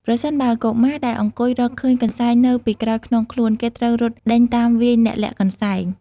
ប្រសិនបើកុមារដែលអង្គុយរកឃើញកន្សែងនៅពីក្រោយខ្នងខ្លួន គេត្រូវរត់ដេញតាមវាយអ្នកលាក់កន្សែង។